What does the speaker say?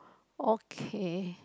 okay